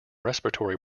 respiratory